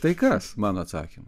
tai kas mano atsakymas